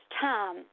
time